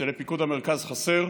לפיקוד המרכז חסר.